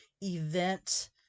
event